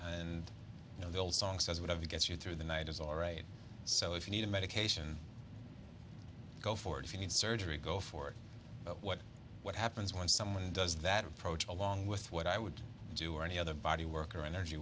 and you know the old song says whatever gets you through the night is all right so if you need a medication go for it if you need surgery go for it but what what happens when someone does that approach along with what i would do or any other body work or energy